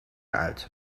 uit